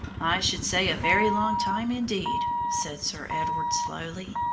i should say a very long time, indeed, said sir edward, slowly.